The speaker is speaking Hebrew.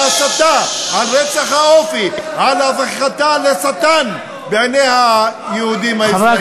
ההסכם הזה טוב לזועבי,